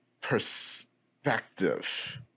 perspective